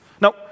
Now